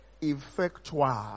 Effectual